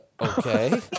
Okay